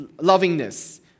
lovingness